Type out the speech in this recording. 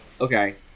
Okay